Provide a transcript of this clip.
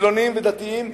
חילונים ודתיים,